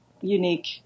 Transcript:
unique